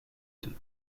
deux